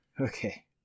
Okay